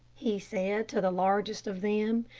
he said to the largest of them,